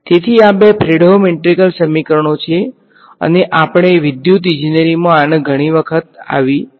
તેથી આ બે ફ્રેડહોમ ઈંટેગ્રલ સમીકરણો છે અને આપણે વિદ્યુત ઇજનેરી આમાં ઘણી વખત આવીએ છીએ